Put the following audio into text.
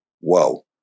Whoa